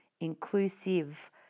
inclusive